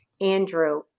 Andrew